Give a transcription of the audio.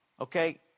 Okay